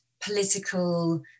political